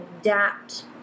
adapt